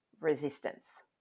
resistance